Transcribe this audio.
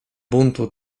buntu